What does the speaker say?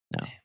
no